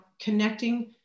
connecting